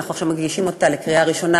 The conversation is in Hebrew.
ועכשיו אנחנו מגישים אותה לקריאה ראשונה,